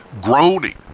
groaning